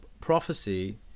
prophecy